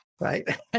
right